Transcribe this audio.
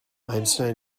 einstein